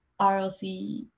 RLC